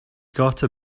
gotta